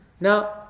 Now